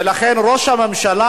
ולכן ראש הממשלה,